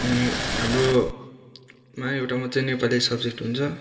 अनि हाम्रोमा एउटा मात्रै नेपाली सब्जेक्ट हुन्छ